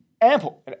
ample